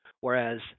Whereas